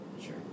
sure